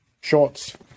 shorts